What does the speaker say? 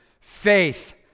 Faith